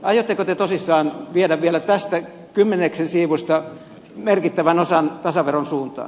aiotteko te tosissaan viedä vielä tästä kymmenyksen siivusta merkittävän osan tasaveron suuntaan